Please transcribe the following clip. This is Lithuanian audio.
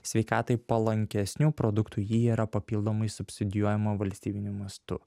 sveikatai palankesnių produktų ji yra papildomai subsidijuojama valstybiniu mastu